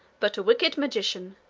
but a wicked magician,